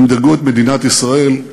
הם דירגו את מדינת ישראל,